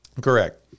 Correct